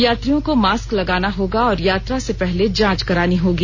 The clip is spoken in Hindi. यात्रियों को मास्क लगाना होगा और यात्रा से पहले जांच करानी होगी